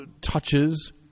touches